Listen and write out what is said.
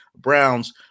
Browns